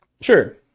Sure